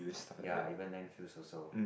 ya even land fields also